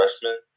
freshman